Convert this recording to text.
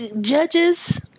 Judges